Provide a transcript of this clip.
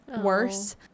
worse